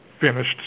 finished